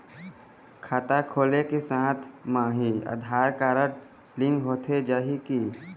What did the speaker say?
खाता खोले के साथ म ही आधार कारड लिंक होथे जाही की?